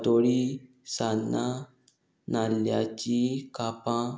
पातोळी सान्नां नाल्ल्याची कापां